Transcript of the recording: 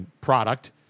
product